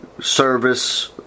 service